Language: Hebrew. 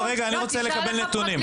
אני רוצה לקבל נתונים.